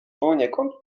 poniekąd